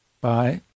Bye